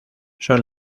son